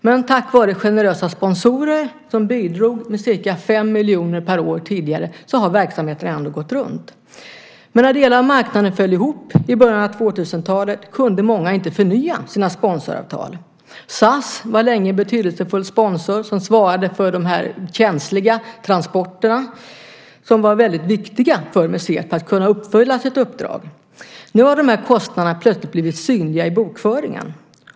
Men tack vare generösa sponsorer som bidrog med ca 5 miljoner kronor per år tidigare har verksamheten ändå gått runt. Men när delar av marknaden föll ihop i början av 2000-talet var det många som inte kunde förnya sina sponsoravtal. SAS var länge en betydelsefull sponsor som svarade för de känsliga transporterna som var väldigt viktiga för att museet skulle kunna uppfylla sitt uppdrag. Nu har de här kostnaderna plötsligt blivit synliga i bokföringen.